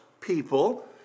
people